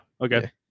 Okay